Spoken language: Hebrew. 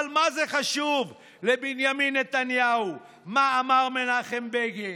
אבל מה זה חשוב לבנימין נתניהו מה אמר מנחם בגין?